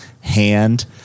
hand